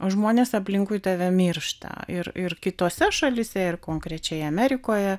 o žmonės aplinkui tave miršta ir ir kitose šalyse ir konkrečiai amerikoje